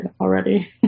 already